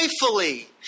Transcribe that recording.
joyfully